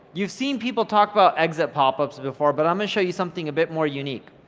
you've seen people talk about exit popups before, but i'm gonna show you something a bit more unique.